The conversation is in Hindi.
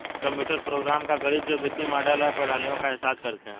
कंप्यूटर प्रोग्राम का गणित जो वित्तीय मॉडल या प्रणालियों का एहसास करते हैं